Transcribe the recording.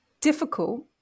difficult